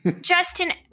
Justin